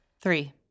Three